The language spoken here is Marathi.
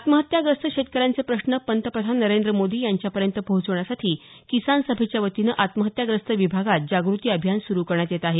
आत्महत्याग्रस्त शेतकऱ्यांचे प्रश्न पंतप्रधान नरेंद्र मोदी यांच्यापर्यंत पोहोचवण्यासाठी किसान सभेच्या वतीनं आत्महत्याग्रस्त विभागात जागृती अभियान सुरू करण्यात येत आहे